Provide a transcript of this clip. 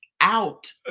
out